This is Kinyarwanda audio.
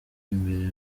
imbere